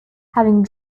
having